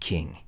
King